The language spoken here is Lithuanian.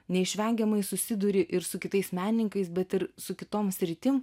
neišvengiamai susiduri ir su kitais menininkais bet ir su kitom sritim